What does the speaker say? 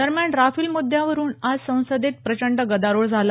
दरम्यान राफेल मुद्यावरून आज संसदेत प्रचंड गदारोळ झाला